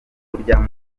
burya